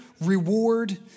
reward